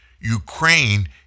Ukraine